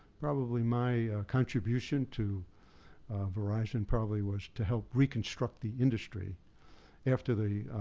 probably my contribution to verizon, probably, was to help reconstruct the industry after the